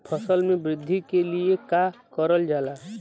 फसल मे वृद्धि के लिए का करल जाला?